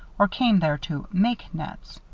or came there to make nets.